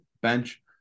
bench